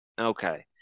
Okay